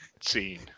scene